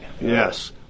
Yes